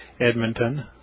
Edmonton